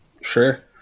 Sure